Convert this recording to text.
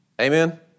Amen